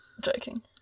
Joking